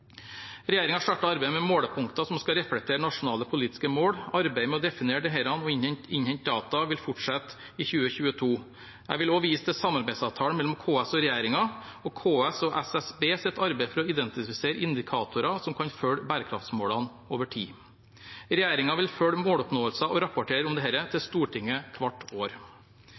arbeidet med målepunkter som skal reflektere nasjonale politiske mål. Arbeidet med å definere disse og innhente data vil fortsette i 2022. Jeg vil også vise til samarbeidsavtalen mellom KS og regjeringen, og KS’ og SSBs arbeid for å identifisere indikatorer som kan følge bærekraftsmålene over tid. Regjeringen vil følge måloppnåelsen og rapportere om dette til Stortinget hvert år.